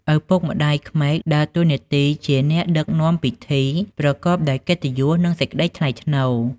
ឪពុកម្ដាយក្មេក ដើរតួនាទីជា អ្នកដឹកនាំពិធី ប្រកបដោយកិត្តិយស និងសេចក្តីថ្លៃថ្នូរ។